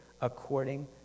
according